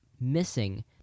missing